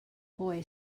boy